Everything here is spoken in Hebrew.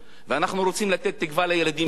ואנחנו רוצים לתת תקווה לילדים שלנו.